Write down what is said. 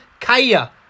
Kaya